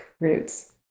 roots